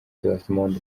dortmund